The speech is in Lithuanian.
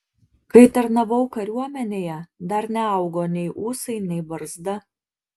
kai tarnavau kariuomenėje dar neaugo nei ūsai nei barzda